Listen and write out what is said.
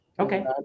Okay